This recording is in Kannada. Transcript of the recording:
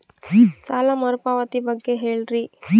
ಸಾಲ ಮರುಪಾವತಿ ಬಗ್ಗೆ ಹೇಳ್ರಿ?